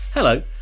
hello